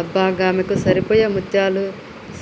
అబ్బ గామెకు సరిపోయే ముత్యాల